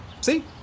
See